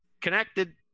connected